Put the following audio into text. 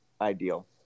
ideal